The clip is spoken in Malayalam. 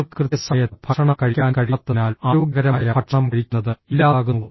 നിങ്ങൾക്ക് കൃത്യസമയത്ത് ഭക്ഷണം കഴിക്കാൻ കഴിയാത്തതിനാൽ ആരോഗ്യകരമായ ഭക്ഷണം കഴിക്കുന്നത് ഇല്ലാതാകുന്നു